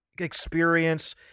experience